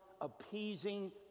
appeasing